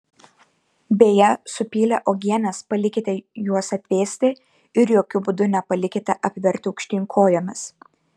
beje supylę uogienes palikite juos atvėsti ir jokiu būdu nepalikite apvertę aukštyn kojomis